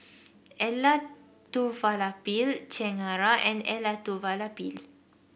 Elattuvalapil Chengara and Elattuvalapil